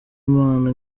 imana